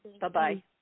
Bye-bye